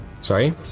Sorry